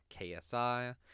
ksi